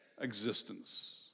existence